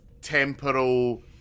temporal